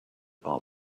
all